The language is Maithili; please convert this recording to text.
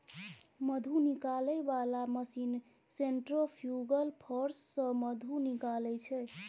मधु निकालै बला मशीन सेंट्रिफ्युगल फोर्स सँ मधु निकालै छै